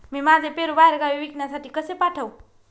मी माझे पेरू बाहेरगावी विकण्यासाठी कसे पाठवू?